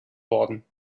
worden